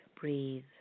Breathe